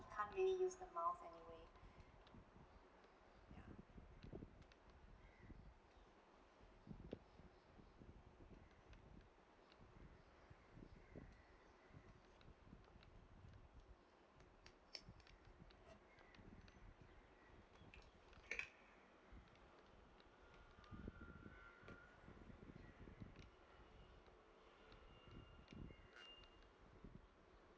can't really use the miles anyway